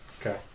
Okay